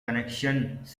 connections